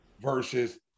versus